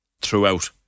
throughout